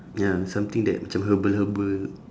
ya something that macam herbal herbal